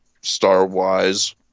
star-wise